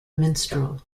minstrel